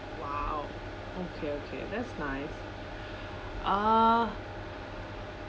!wow! okay okay that's nice uh